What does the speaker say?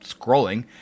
scrolling